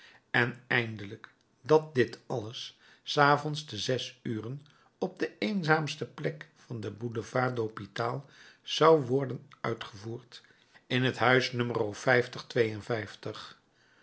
en eindelijk dat dit alles s avonds te zes uren op de eenzaamste plek van den boulevard de l'hôpital zou worden uitgevoerd in het huis